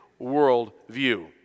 worldview